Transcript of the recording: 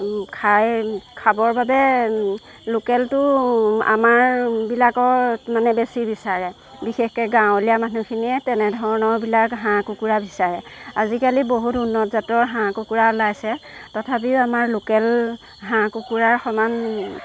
খাই খাবৰ বাবে লোকেলটো আমাৰ বিলাকত মানে বেছি বিচাৰে বিশেষকৈ গাঁৱলীয়া মানুহখিনিয়ে তেনেধৰণৰ বিলাক হাঁহ কুকুৰা বিচাৰে আজিকালি বহুত উন্নত জাতৰ হাঁহ কুকুৰা ওলাইছে তথাপিও আমাৰ লোকেল হাঁহ কুকুৰাৰ সমান